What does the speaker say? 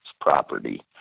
property